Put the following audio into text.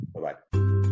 bye-bye